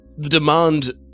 demand